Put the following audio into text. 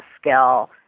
skill